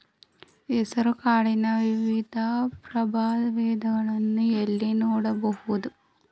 ಹೆಸರು ಕಾಳಿನ ವಿವಿಧ ಪ್ರಭೇದಗಳನ್ನು ಎಲ್ಲಿ ನೋಡಬಹುದು?